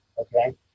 okay